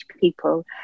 people